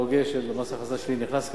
ההוגה של מס הכנסה שלילי נכנס כרגע.